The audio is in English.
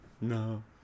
No